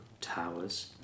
Towers